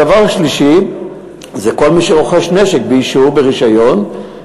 הדבר השלישי זה כל מי שרוכש נשק באישור, ברישיון.